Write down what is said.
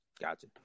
Gotcha